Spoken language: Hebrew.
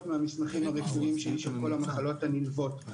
מהמסמכים הרפואיים שלי של כל המחלות הנלוות.